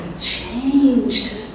changed